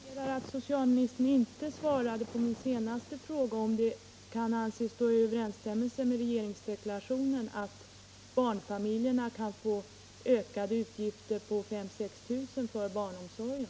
Herr talman! Jag noterar att socialministern inte svarade på min senaste fråga, om det kan anses stå i överensstämmelse med regeringsdeklarationen att barnfamiljer kan få ökade utgifter på 5 000-6 000 kr. för barnomsorgen.